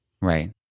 Right